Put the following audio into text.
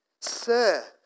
sir